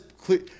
clear